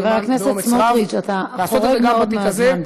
חבר הכנסת סמוטריץ, אתה חורג מאוד מהזמן.